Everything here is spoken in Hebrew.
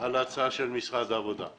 כנראה על ההצעה של משרד העבודה.